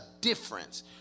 difference